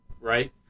right